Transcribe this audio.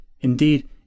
Indeed